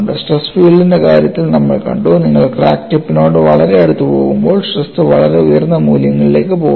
stress ഫീൽഡിന്റെ കാര്യത്തിൽ നമ്മൾ കണ്ടു നിങ്ങൾ ക്രാക്ക് ടിപ്പിനോട് വളരെ അടുത്ത് പോകുമ്പോൾ സ്ട്രെസ് വളരെ ഉയർന്ന മൂല്യങ്ങളിലേക്ക് പോകുന്നു